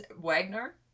wagner